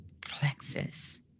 plexus